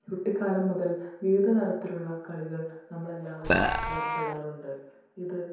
കുട്ടിക്കാലം മുതൽ വിവിധ തരത്തിലുള്ള കളികൾ നമ്മളെല്ലാവരും ഏർപ്പെടാറുണ്ട് ഇത്